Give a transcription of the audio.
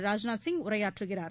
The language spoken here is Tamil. ராஜ்நாத் சிங் உரையாற்றுகிறார்